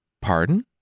Pardon